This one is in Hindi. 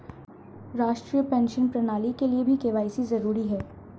राष्ट्रीय पेंशन प्रणाली के लिए भी के.वाई.सी जरूरी है